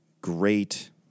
great